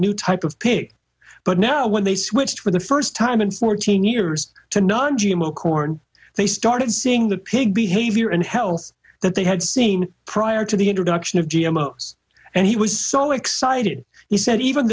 new type of pig but now when they switched for the first time in fourteen years to non g m o corn they started seeing the pig behavior and health that they had seen prior to the introduction of g m o and he was so excited he said even